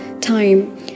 time